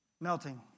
Melting